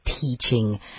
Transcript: teaching